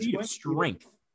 strength